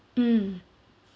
mm